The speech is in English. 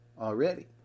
already